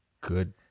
good